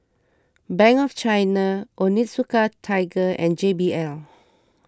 Bank of China Onitsuka Tiger and J B L